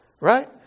right